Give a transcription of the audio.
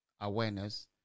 awareness